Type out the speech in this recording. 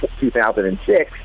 2006